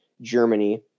Germany